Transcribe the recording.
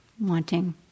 wanting